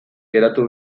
geratu